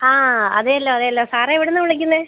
ആ അതെ അല്ലോ അതെ അല്ലോ സാർ എവിടെ നിന്നാണ് വിളിക്കുന്നത്